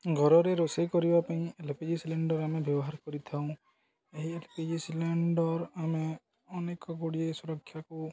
ଘରେ ରୋଷେଇ କରିବା ପାଇଁ ଏଲ୍ ପି ଜି ସିଲିଣ୍ଡର ଆମେ ବ୍ୟବହାର କରିଥାଉ ଏହି ଏଲ୍ ପି ଜି ସିଲିଣ୍ଡର ଆମେ ଅନେକ ଗୁଡ଼ିଏ ସୁରକ୍ଷାକୁ